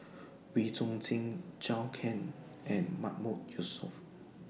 Wee Chong Jin Zhou Can and Mahmood Yusof